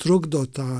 trukdo tą